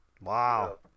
Wow